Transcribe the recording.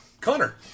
Connor